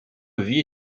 levis